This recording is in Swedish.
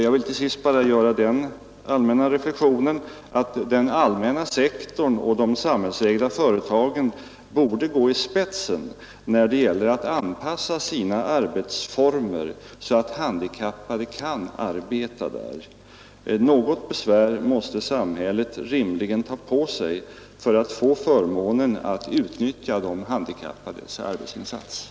Jag vill till sist bara göra den reflexionen att den allmänna sektorn och de samhällsägda företagen bör gå i spetsen när det gäller att anpassa sina arbetsformer till de handikappade. Något besvär måste samhället rimligen ta på sig för förmånen att få utnyttja de handikappades arbetsinsatser.